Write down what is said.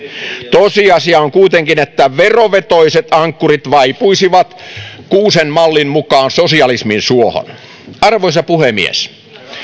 tosiasia on kuitenkin että verovetoiset ankkurit vaipuisivat kuusen mallin mukaan sosialismin suohon arvoisa puhemies